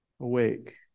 awake